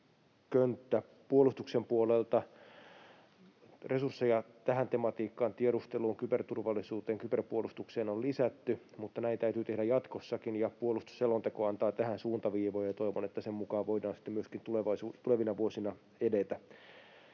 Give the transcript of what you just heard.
Puolustuksen puolelta resursseja tähän tematiikkaan — tiedusteluun, kyberturvallisuuteen, kyberpuolustukseen — on lisätty, mutta näin täytyy tehdä jatkossakin. Puolustusselonteko antaa tähän suuntaviivoja, ja toivon, että sen mukaan voidaan sitten myöskin tulevina vuosina edetä.